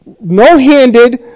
no-handed